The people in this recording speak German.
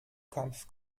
kampf